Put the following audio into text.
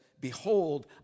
behold